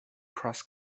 cross